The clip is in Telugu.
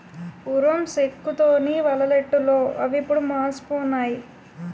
పూర్వం సేకు తోని వలలల్లెటూళ్లు అవిప్పుడు మాసిపోనాయి